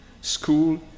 school